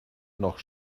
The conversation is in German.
noch